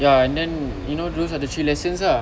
ya and then you know those are the three lessons ah